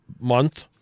month